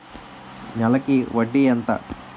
నెలకి వడ్డీ ఎంత?